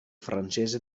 francese